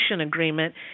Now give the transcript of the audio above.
agreement